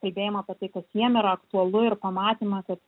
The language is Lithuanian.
kalbėjimą apie tai kas jiem yra aktualu ir pamatymas kad